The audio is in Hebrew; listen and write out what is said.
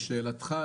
לשאלתך,